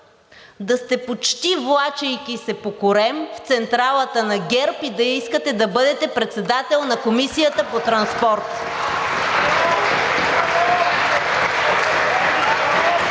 да сте почти влачейки се по корем в централата на ГЕРБ и да искате да бъдете председател на Комисията по транспорт.